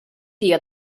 dia